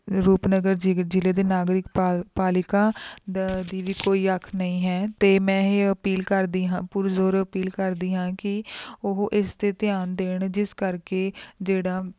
ਰੂਪਨਗਰ ਜਿਗ ਜ਼ਿਲ੍ਹੇ ਦੇ ਨਾਗਰਿਕ ਪਾਲ ਪਾਲਿਕਾ ਦਾ ਦੀ ਵੀ ਕੋਈ ਅੱਖ ਨਹੀਂ ਹੈ ਅਤੇ ਮੈਂ ਇਹ ਅਪੀਲ ਕਰਦੀ ਹਾਂ ਪੁਰ ਜ਼ੋਰ ਅਪੀਲ ਕਰਦੀ ਹਾਂ ਕਿ ਉਹ ਇਸ 'ਤੇ ਧਿਆਨ ਦੇਣ ਜਿਸ ਕਰਕੇ ਜਿਹੜਾ